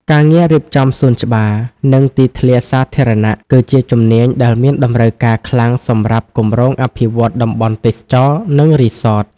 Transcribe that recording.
ការងាររៀបចំសួនច្បារ និងទីធ្លាសាធារណៈ គឺជាជំនាញដែលមានតម្រូវការខ្លាំងសម្រាប់គម្រោងអភិវឌ្ឍន៍តំបន់ទេសចរណ៍ និងរីសត។